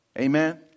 Amen